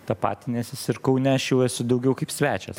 tapatinęsis ir kaune aš jau esu daugiau kaip svečias